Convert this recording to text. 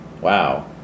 Wow